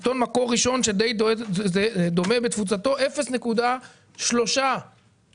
עיתון "מקור ראשון" שדי דומה בתפוצתו 0.3 מיליון